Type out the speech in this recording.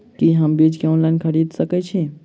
की हम बीज केँ ऑनलाइन खरीदै सकैत छी?